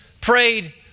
prayed